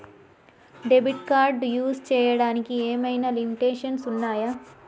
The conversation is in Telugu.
డెబిట్ కార్డ్ యూస్ చేయడానికి ఏమైనా లిమిటేషన్స్ ఉన్నాయా?